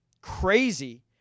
crazy